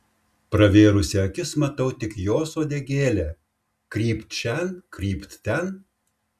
pravėrusi akis matau tik jos uodegėlę krypt šen krypt ten